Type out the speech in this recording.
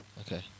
Okay